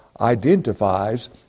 identifies